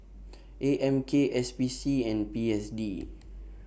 A M K S P C and P S D